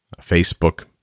Facebook